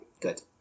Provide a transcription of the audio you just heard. Good